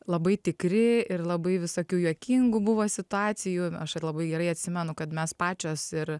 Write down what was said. labai tikri ir labai visokių juokingų buvo situacijų aš ir labai gerai atsimenu kad mes pačios ir